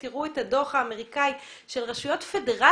תראו את הדוח האמריקאי של רשויות פדרליות,